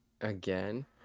Again